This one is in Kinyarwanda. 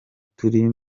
turi